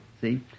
see